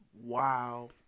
Wow